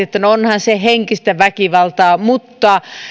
että onhan se henkistä väkivaltaa mutta